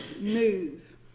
move